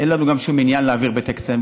אין לנו גם שום עניין להעביר בספטמבר,